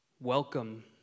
Welcome